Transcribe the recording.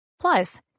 Plus